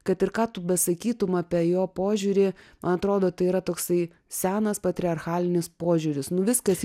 kad ir ką tu besakytum apie jo požiūrį atrodo tai yra toksai senas patriarchalinis požiūris nu viskas